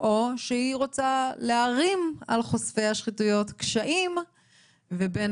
או שהיא רוצה להערים על חושפי השחיתויות קשיים ובין